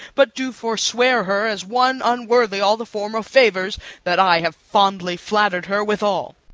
but do forswear her, as one unworthy all the former favours that i have fondly flatter'd her withal.